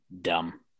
Dumb